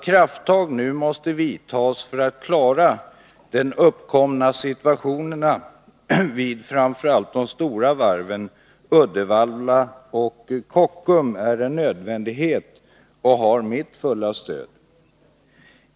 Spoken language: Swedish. Krafttag måste nu tas för att klara den uppkomna situationen vid framför allt de stora varven Uddevalla och Kockum, och dessa krafttag har mitt fulla stöd.